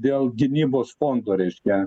dėl gynybos fondo reiškia